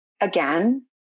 again